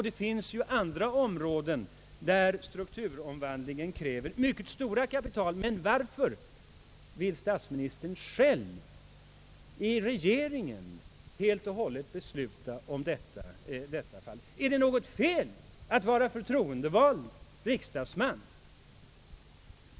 Det finns ju också andra områden där strukturomvandlingen kräver mycket stora kapital. Men varför vill statsministern och regeringen ensamma besluta om dessa saker? Är det något fel att vara förtroendevald riksdagsman?